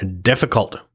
difficult